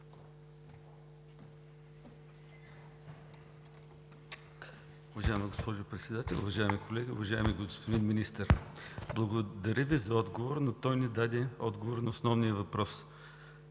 Уважаема госпожо Председател, уважаеми колеги! Уважаеми господин Министър, благодаря Ви за отговора, но той не даде отговор на основния въпрос: